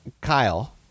Kyle